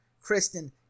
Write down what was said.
Kristen